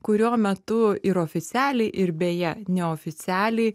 kurio metu ir oficialiai ir beje neoficialiai